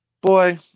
Boy